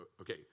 Okay